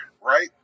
right